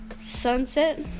sunset